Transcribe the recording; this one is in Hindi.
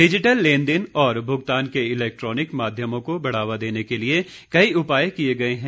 डिजिटल लेनदेन और भुगतान के इलेक्ट्रानिक माध्यमों को बढावा देने के लिए कई उपाय किए गए हैं